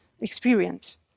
experience